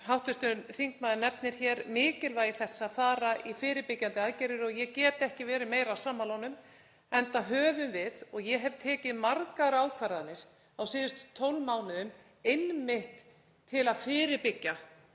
Hv. þingmaður nefnir hér mikilvægi þess að fara í fyrirbyggjandi aðgerðir og ég gæti ekki verið meira sammála honum enda höfum við, og ég, tekið margar ákvarðanir á síðustu 12 mánuðum einmitt til að fyrirbyggja